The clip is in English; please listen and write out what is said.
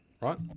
Right